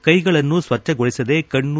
ಕೈಗಳನ್ನು ಸ್ವಚ್ಛಗೊಳಿಸದೆ ಕಣ್ಣು